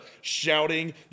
shouting